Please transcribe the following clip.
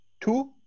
two